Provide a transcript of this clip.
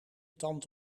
tand